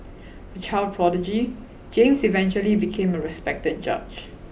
a child prodigy James eventually became a respected judge